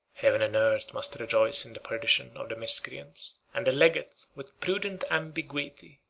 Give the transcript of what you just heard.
heaven and earth must rejoice in the perdition of the miscreants and the legate, with prudent ambiguity,